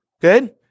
Good